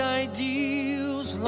ideals